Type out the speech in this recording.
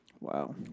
Wow